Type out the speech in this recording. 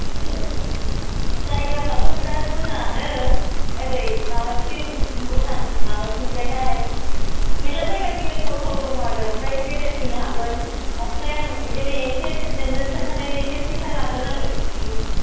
ए जायगाफ्राथ' बिराद मोजाङानो ओरै माबाथिं भुटान माबाथिंजायहाय मेरला जायगा बेरायथावथाव दङ आरो ओमफ्राय बेरायफैनो हागोन ओमफ्राय आङो बिदिनो इसे नोंनो खोन्थानायनि इसे फैसा लागोन आरो